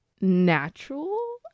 natural